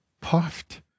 puffed